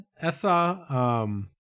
Essa